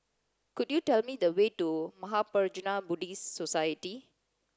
could you tell me the way to Mahaprajna Buddhist Society